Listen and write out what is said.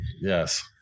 Yes